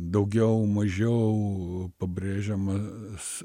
daugiau mažiau pabrėžiamas